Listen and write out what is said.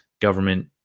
Government